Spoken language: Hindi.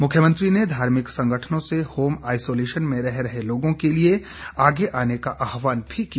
मुख्यमंत्री ने धार्मिक संगठनों से होम आईसोलेशन में रहे रहे लोगों के लिए आगे आने का आहवान भी किया